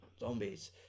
zombies